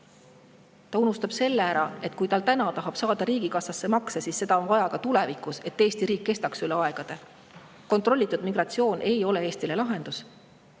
Ta unustab ära selle, et kui ta täna tahab saada riigikassasse makse, siis seda on vaja ka tulevikus, et Eesti riik kestaks üle aegade. Kontrollitud migratsioon ei ole Eestile lahendus.